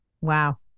Wow